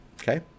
okay